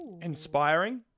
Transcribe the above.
inspiring